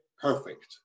perfect